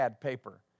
paper